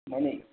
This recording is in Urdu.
نہیں نہیں